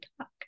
talk